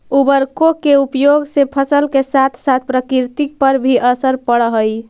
उर्वरकों के उपयोग से फसल के साथ साथ प्रकृति पर भी असर पड़अ हई